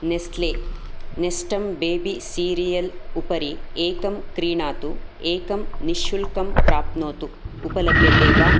Nestle Nestum baby cereal उपरि एकं क्रीणातु एकं निःशुल्कं प्राप्नोतु उपलभ्यते वा